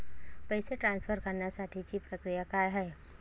पैसे ट्रान्सफर करण्यासाठीची प्रक्रिया काय आहे?